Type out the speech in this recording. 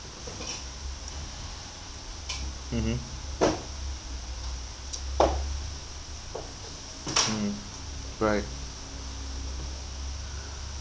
mmhmm mm right